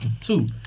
two